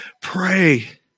pray